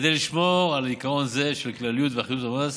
כדי לשמור על עיקרון זה של כלליות ואחידות המס